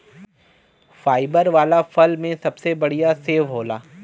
fibre वाला फल में सबसे बढ़िया सेव होला